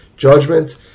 Judgment